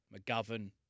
McGovern